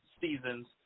seasons